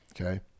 Okay